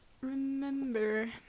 remember